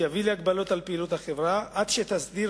שיביא להגבלות על פעילות החברה עד שתסדיר